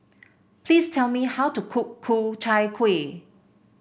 please tell me how to cook Ku Chai Kuih